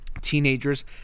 teenagers